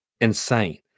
insane